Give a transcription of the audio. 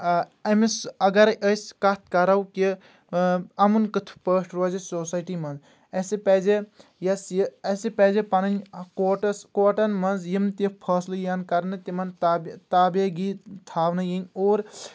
آ أمِس اگر أسۍ کتھ کرو کہِ امُن کِتھ پٲٹھۍ روزِ سوسایٹی منٛز اسہِ پزِ یۄس یہِ اسہِ پزِ پنٕنۍ کورٹس کورٹن منٛز یِم تہِ فٲصلہٕ یِنۍ کرنہٕ تِمن تابے تابیگی تھاونہٕ یِنۍ اور